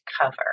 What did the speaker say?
cover